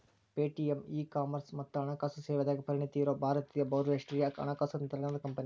Paytm e commerce ಮತ್ತ ಹಣಕಾಸು ಸೇವೆದಾಗ ಪರಿಣತಿ ಇರೋ ಭಾರತೇಯ ಬಹುರಾಷ್ಟ್ರೇಯ ಹಣಕಾಸು ತಂತ್ರಜ್ಞಾನದ್ ಕಂಪನಿ